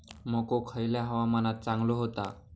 मको खयल्या हवामानात चांगलो होता?